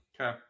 okay